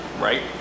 right